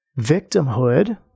victimhood